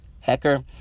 Hecker